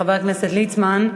חבר הכנסת ליצמן,